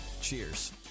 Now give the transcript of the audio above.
Cheers